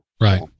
Right